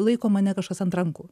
laiko mane kažkas ant rankų